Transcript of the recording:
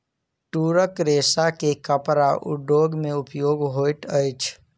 तूरक रेशा के कपड़ा उद्योग में उपयोग होइत अछि